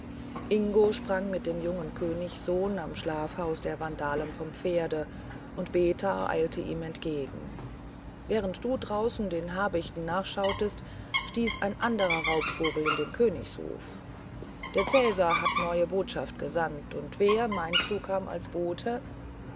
ingo sprang mit dem jungen königssohn am schlafhaus der vandalen vom pferde und berthar eilte ihm entgegen während du draußen den habichten nachschautest stieß ein anderer raubvogel in den königshof der cäsar hat neue botschaft gesandt und wer meinst du kam als bote